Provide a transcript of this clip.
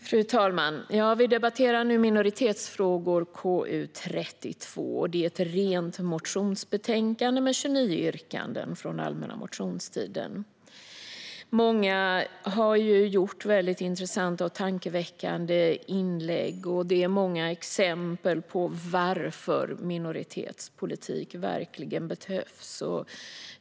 Fru talman! Vi debatterar nu KU32 Minoritetsfrågor som är ett rent motionsbetänkande med 29 yrkanden från allmänna motionstiden. Många har gjort väldigt intressanta och tankeväckande inlägg. Det är många exempel på varför minoritetspolitik verkligen behövs.